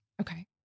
okay